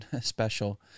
special